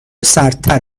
سردتر